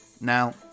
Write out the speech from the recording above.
Now